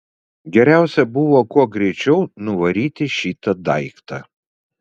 geriausia buvo kuo greičiau nuvaryti šitą daiktą